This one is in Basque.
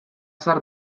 zahar